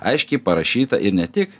aiškiai parašyta ir ne tik